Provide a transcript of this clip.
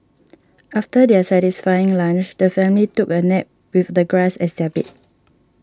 after their satisfying lunch the family took a nap with the grass as their bed